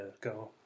go